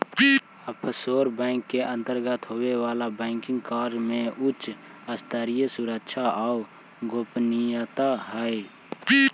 offshore bank के अंतर्गत होवे वाला बैंकिंग कार्य में उच्च स्तरीय सुरक्षा आउ गोपनीयता रहऽ हइ